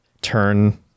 turn